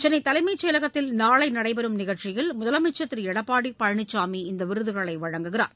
சென்னை தலைமை செயலகத்தில் நாளை நடைபெறும் நிகழ்ச்சியில் முதலமைச்சர் திரு எடப்பாடி பழனிசாமி இந்த விருதுகளை வழங்குகிறார்